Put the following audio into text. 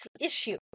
issue